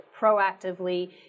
proactively